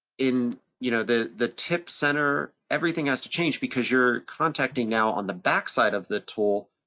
in, you know, the the tip center, everything has to change because you're contacting now on the backside of the tool,